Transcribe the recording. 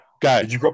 guys